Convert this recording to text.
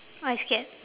I scared